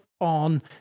on